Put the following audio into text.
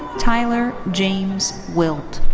tyler james wilt.